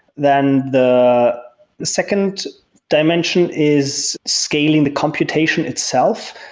then the the second dimension is scaling the computation itself.